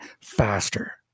faster